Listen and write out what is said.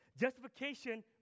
justification